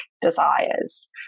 desires